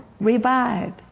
Revive